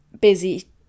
busy